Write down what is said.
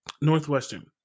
Northwestern